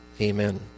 amen